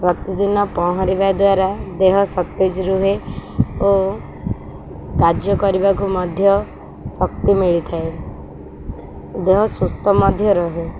ପ୍ରତିଦିନ ପହଁରିବା ଦ୍ୱାରା ଦେହ ସତେଜ ରୁହେ ଓ କାର୍ଯ୍ୟ କରିବାକୁ ମଧ୍ୟ ଶକ୍ତି ମିଳିଥାଏ ଦେହ ସୁସ୍ଥ ମଧ୍ୟ ରୁହେ